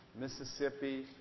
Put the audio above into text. Mississippi